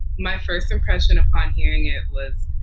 my first impression upon hearing it was